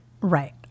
Right